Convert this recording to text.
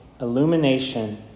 Illumination